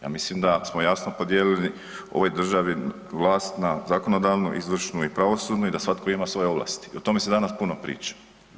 Ja mislim da smo jasno podijelili u ovoj državi vlast na zakonodavnu, izvršnu i pravosudnu i da svatko ima svoje ovlasti i o tome se danas puno priča.